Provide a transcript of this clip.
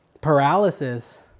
paralysis